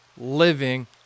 living